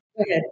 Okay